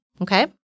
Okay